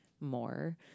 more